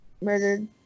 murdered